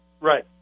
Right